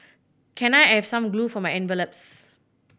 can I have some glue for my envelopes